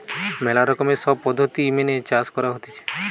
ম্যালা রকমের সব পদ্ধতি মেনে চাষ করা হতিছে